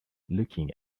looking